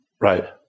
Right